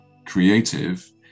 creative